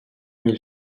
mille